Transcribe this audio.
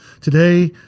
Today